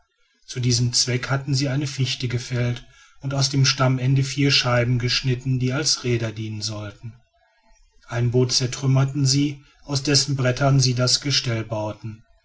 zu diesem zwecke hatten sie eine fichte gefällt und aus dem stammende vier scheiben geschnitten die als räder dienen sollten ein boot zertrümmerten sie aus dessen brettern sie das gestell bauten